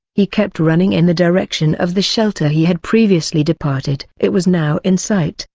he kept running in the direction of the shelter he had previously departed. it was now in sight,